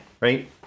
right